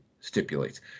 stipulates